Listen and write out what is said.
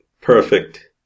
perfect